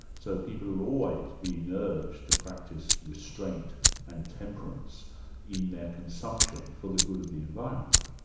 so people are always being urged to practice restraint and temperance in their consumption for the good of the environment.